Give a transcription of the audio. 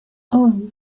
all